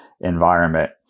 environment